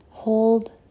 Hold